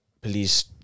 police